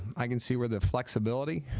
i can see where the flexibility